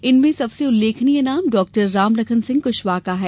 इनमें सबसे उल्लेखनीय नाम डॉ रामलखन सिंह कुशवाह का है